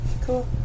Cool